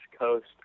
Coast